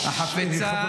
--- חסרי ישע?